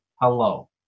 hello